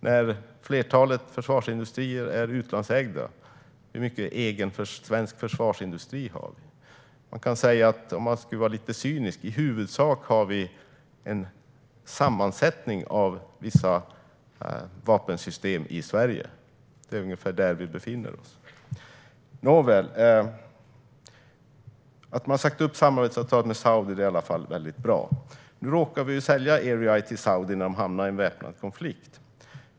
När flertalet försvarsindustrier är utlandsägda, hur mycket svensk försvarsindustri har vi? Lite cyniskt kan man säga att vi i huvudsak har en sammansättning av vissa vapensystem i Sverige. Det är ungefär där vi befinner oss. Nåväl, det är bra att samarbetsavtalet med Saudiarabien har sagts upp. Vi råkade sälja Erieye till Saudiarabien när de hamnade i en väpnad konflikt.